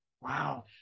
Wow